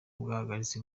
bwahagaritse